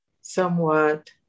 somewhat